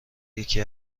یکی